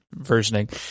versioning